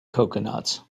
coconuts